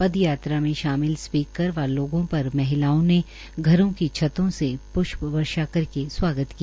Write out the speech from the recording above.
पदयात्रा में शामिल स्पीकर व लोगों पर महिलाओं ने घरों के छतो से प्ष्प वर्षा करके स्वागत किया